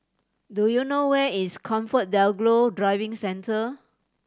do you know where is ComfortDelGro Driving Centre